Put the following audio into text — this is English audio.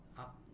up